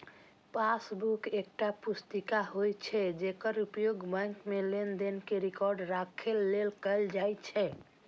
passbook एकटा पुस्तिका होइ छै, जेकर उपयोग बैंक मे लेनदेन के रिकॉर्ड राखै लेल कैल जाइ छै